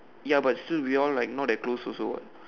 ya but still we all not that close also what